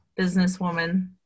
businesswoman